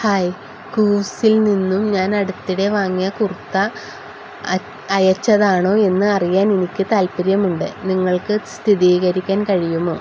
hi കൂവ്സിൽ നിന്നും ഞാൻ അടുത്തിടെ വാങ്ങിയ കുർത്ത അയച്ചതാണോ എന്ന് അറിയാൻ എനിക്ക് താൽപ്പര്യമുണ്ട് നിങ്ങൾക്ക് സ്ഥിരീകരിക്കാൻ കഴിയുമോ